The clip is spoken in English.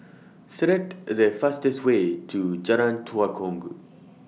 Select The fastest Way to Jalan Tua Kong